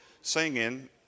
singing